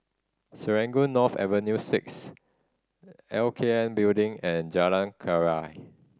Serangoon North Avenue Six L K N Building and Jalan Keria